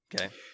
Okay